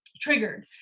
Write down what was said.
Triggered